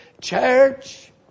church